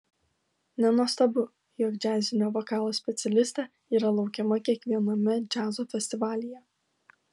nenuostabu jog džiazinio vokalo specialistė yra laukiama kiekviename džiazo festivalyje